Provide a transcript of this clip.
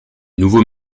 nouveau